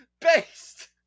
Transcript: BASED